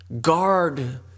guard